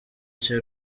cye